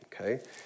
okay